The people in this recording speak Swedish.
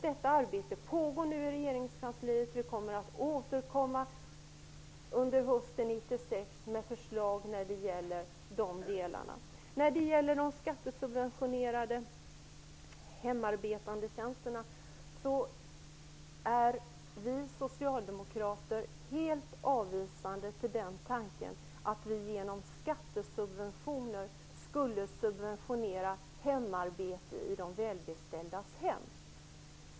Detta arbete pågår nu i regeringskansliet, och vi kommer att återkomma under hösten 1996 med förslag när det gäller dessa delar. Vi socialdemokrater ställer oss helt avvisande till tanken på att vi skulle skattesubventionera hemarbete i de välbeställdas hem.